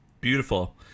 Beautiful